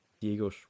Diego